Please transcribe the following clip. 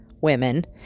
women